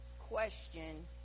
Question